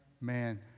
man